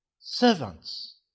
Servants